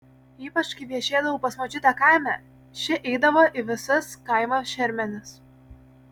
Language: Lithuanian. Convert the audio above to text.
ypač kai viešėdavau pas močiutę kaime ši eidavo į visas kaimo šermenis